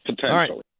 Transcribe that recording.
potentially